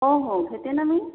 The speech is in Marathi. हो हो घेते ना मी